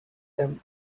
them